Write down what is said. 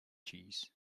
cheese